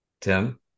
Tim